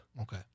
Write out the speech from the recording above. Okay